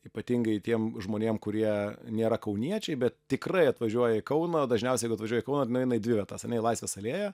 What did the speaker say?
ypatingai tiem žmonėm kurie nėra kauniečiai bet tikrai atvažiuoja į kauną dažniausiai atvažiuoja kauno vat nueina į dvi vietas ane į laisvės alėją